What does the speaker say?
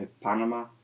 Panama